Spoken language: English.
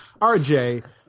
RJ